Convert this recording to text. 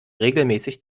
regelmäßig